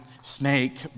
snake